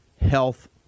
health